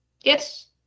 yes